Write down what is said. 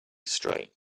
straight